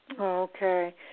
Okay